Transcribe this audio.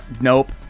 nope